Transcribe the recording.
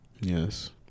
Yes